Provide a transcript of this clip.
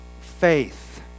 faith